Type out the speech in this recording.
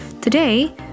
Today